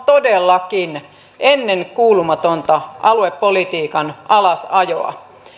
todellakin ennenkuulumatonta aluepolitiikan alasajoa